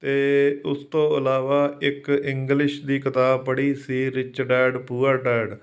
ਅਤੇ ਉਸ ਤੋਂ ਇਲਾਵਾ ਇੱਕ ਇੰਗਲਿਸ਼ ਦੀ ਕਿਤਾਬ ਪੜ੍ਹੀ ਸੀ ਰਿਚ ਡੈਡ ਪੂਅਰ ਡੈਡ